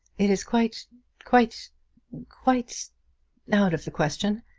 it is quite quite quite out of the question.